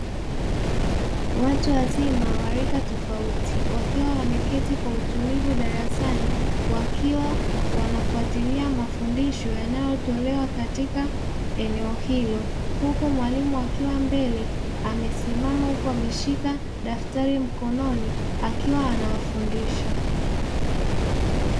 Watu wazima wa rika tofauti wakiwa wameketi kwa utulivu darasani, wakiwa wanafuatilia mafundisho yanayotolewa katika eneo hilo. Huku mwalimu akiwa mbele amesimama huku ameshika daftari mkononi akiwa anawafundisha.